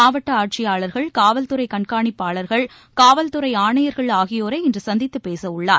மாவட்ட ஆட்சியாளர்கள் காவல்துறை கண்காணிப்பாளர்கள் காவல்துறை ஆணையர்கள் ஆகியோரை இன்று சந்தித்து பேசவுள்ளார்